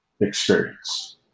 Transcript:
experience